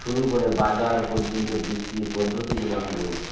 শুরু করে বাজার পর্যন্ত বিক্রির পদ্ধতিগুলো আমি বলছি